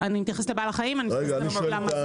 אני מתייחס לבעל החיים, למזון,